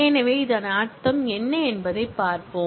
எனவே இதன் அர்த்தம் என்ன என்பதைப் பார்ப்போம்